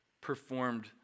performed